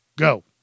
go